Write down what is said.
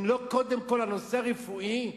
אם לא קודם כול הנושא הרפואי,